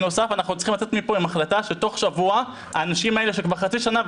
חייבים לצאת מפה עם החלטה שתוך שבוע האנשים האלה שכבר חצי שנה,